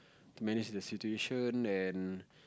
manage the situation and